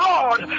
Lord